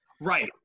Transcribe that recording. Right